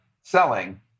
selling